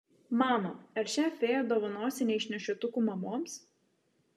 mama ar šią fėją dovanosi neišnešiotukų mamoms